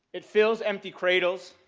it fills empty cradles,